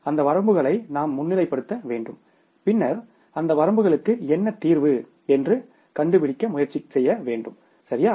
அந்த வரம்புகளை நாம் முன்னிலைப்படுத்த வேண்டும் பின்னர் அந்த வரம்புகளுக்கு என்ன தீர்வு என்று கண்டுபிடிக்க முயற்சி செய்யவேண்டும் சரியா